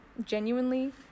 genuinely